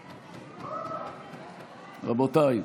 רבותיי,